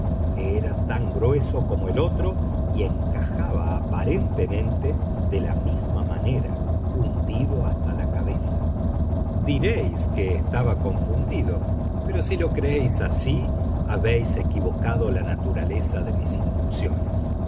era tan grueso como el otro y encajaba aparentemente de la misma manera hundido hasta la cabeza diréis que estaba confundido pero si lo creéis así habéis equivocado la naturaleza de mis inducciones